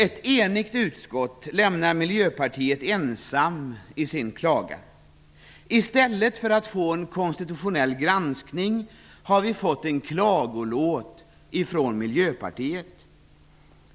Ett enigt utskott lämnar Miljöpartiet ensamt i sin klagan. I stället för att få en konstitutionell granskning har vi fått en klagolåt från Miljöpartiet.